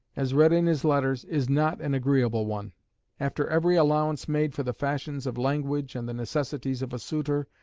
as read in his letters, is not an agreeable one after every allowance made for the fashions of language and the necessities of a suitor,